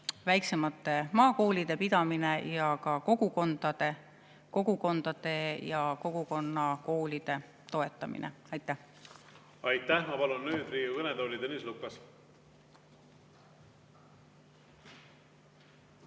väiksemate maakoolide pidamisest ning kogukondade ja kogukonnakoolide toetamisest. Aitäh! Aitäh! Ma palun Riigikogu kõnetooli Tõnis Lukase.